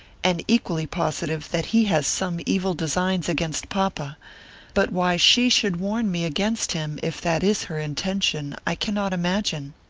and equally positive that he has some evil designs against papa but why she should warn me against him, if that is her intention, i cannot imagine.